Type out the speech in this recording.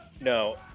No